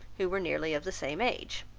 who were nearly of the same age.